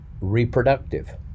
reproductive